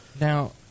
Now